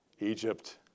Egypt